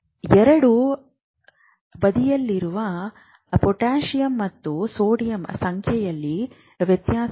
ಎರಡೂ ಬದಿಯಲ್ಲಿರುವ ಪೊಟ್ಯಾಸಿಯಮ್ ಮತ್ತು ಸೋಡಿಯಂ ಸಂಖ್ಯೆಯಲ್ಲಿ ವ್ಯತ್ಯಾಸವಿದೆ